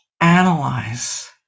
analyze